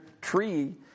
tree